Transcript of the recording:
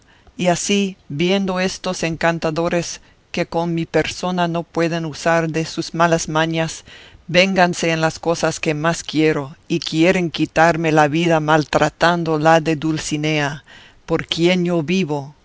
y así viendo estos encantadores que con mi persona no pueden usar de sus malas mañas vénganse en las cosas que más quiero y quieren quitarme la vida maltratando la de dulcinea por quien yo vivo